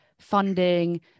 funding